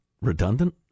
redundant